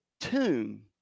tune